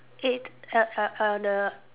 it uh uh on the